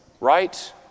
right